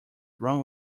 wrong